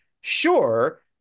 Sure